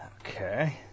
Okay